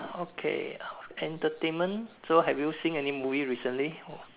okay entertainment so have you seen any movie recently